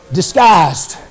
disguised